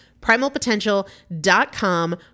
Primalpotential.com